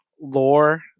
lore